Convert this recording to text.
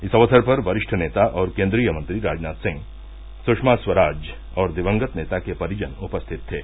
इस अवसर पर वरिष्ठ नेता और केन्द्रीय मंत्री राजनाथ सिंह सृषमा स्वराज और दिवंगत नेता के परिजन उपस्थित थे